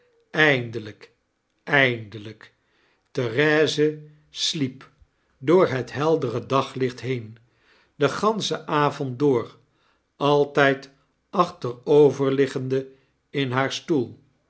eindep l therese sliep door het heldere daglicht heen den ganschen avond door altyd achteroverliggende in haar stoel